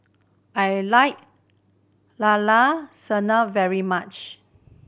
I like Llao Llao Sanum very much